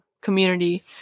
community